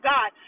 God